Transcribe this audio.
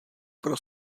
pro